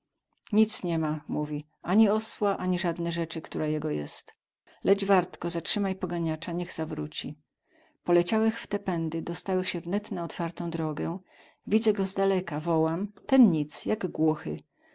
nic ni ma mówi ani osła ani zadne rzecy ktora jego jest leć wartko zatrzymaj poganiaca niech zawróci poleciałech w te pędy dostałech sie wnet na otwartą drogę widzę go z daleka wołam ten nic jak głuchy